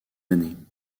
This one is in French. années